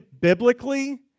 biblically